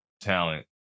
talent